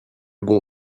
bon